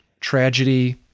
tragedy